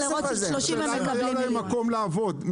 השאלה אם היה להם מקום לעבוד.